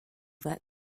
that